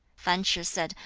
fan ch'ih said,